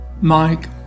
mike